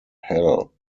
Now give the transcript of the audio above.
hell